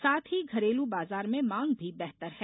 साथ ही घरेलू बाजार में मांग भी बेहतर है